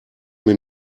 mir